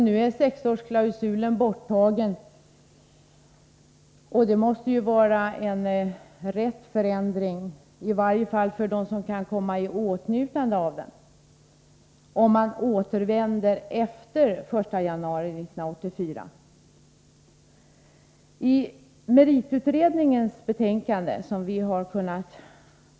Nu är sexårsklausulen borttagen, och det måste väl sägas vara en riktig förändring, även om det bara är de som återvänder efter den 1 januari 1984 som kan komma i åtnjutande av förbättringen.